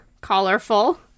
Colorful